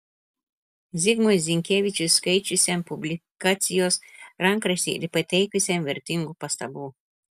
zigmui zinkevičiui skaičiusiam publikacijos rankraštį ir pateikusiam vertingų pastabų